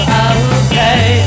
okay